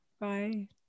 Bye